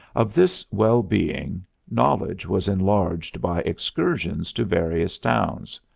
of this well-being knowledge was enlarged by excursions to various towns.